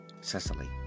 Cecily